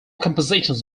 compositions